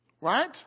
Right